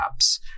apps